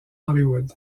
hollywood